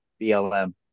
BLM